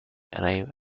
arrive